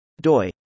doi